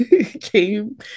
came